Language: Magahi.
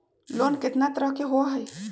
लोन केतना तरह के होअ हई?